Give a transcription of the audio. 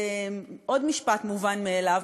עוד משפט מובן מאליו,